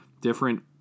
different